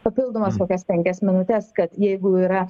papildomas kokias penkias minutes kad jeigu yra